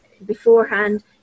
beforehand